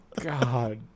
God